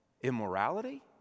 immorality